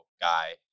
guy